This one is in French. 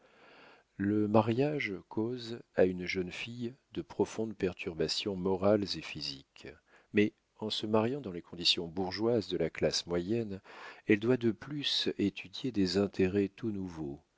le mariage cause à une jeune fille de profondes perturbations morales et physiques mais en se mariant dans les conditions bourgeoises de la classe moyenne elle doit de plus étudier des intérêts tout nouveaux